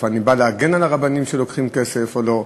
אני בא להגן על הרבנים שלוקחים כסף או לא.